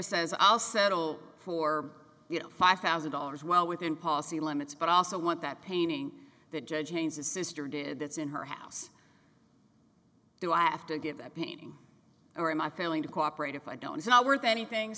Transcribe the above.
says i'll settle for you know five thousand dollars well within policy limits but i also want that painting the judge changed his sister did that's in her house do i have to give that painting or am i failing to cooperate if i don't it's not worth anything